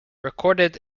recorded